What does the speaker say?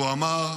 -- והוא אמר: